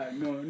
no